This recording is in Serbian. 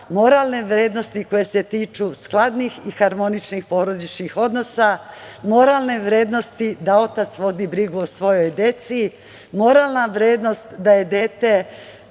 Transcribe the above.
moralne vrednosti koje se tiču skladnih i harmoničnih porodičnih odnosa, moralne vrednosti da otac vodi brigu o svojoj deci, moralna vrednost da je dete